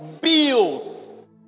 Built